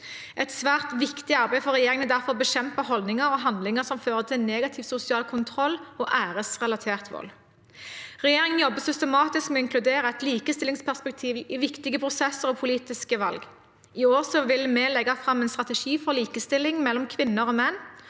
Et svært viktig arbeid for regjeringen er derfor å bekjempe holdninger og handlinger som fører til negativ sosial kontroll og æresrelatert vold. Regjeringen jobber systematisk med å inkludere et likestillingsperspektiv i viktige prosesser og politiske valg. I år vil vi legge fram en strategi for likestilling mellom kvinner og menn.